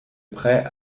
près